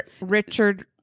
Richard